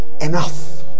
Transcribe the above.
enough